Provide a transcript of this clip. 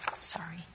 sorry